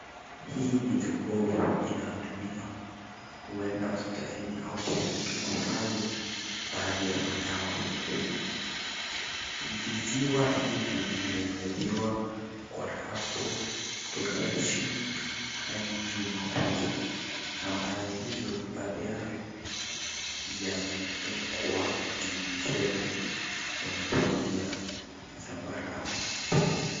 Hii ni jokovu inayotumiwa huenda hospitalini au kliniki kuhifadhi baadhi ya madawa. Viziwa hivi, vimehifadhiwa kwa rafu kutokea chini hadi juu mwa friji. Na baadhi hizi baadhi yao yamewekwa kwenye mkebe wenye rangi ya zambarau.